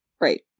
Right